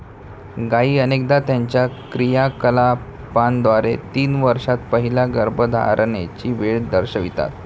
गायी अनेकदा त्यांच्या क्रियाकलापांद्वारे तीन वर्षांत पहिल्या गर्भधारणेची वेळ दर्शवितात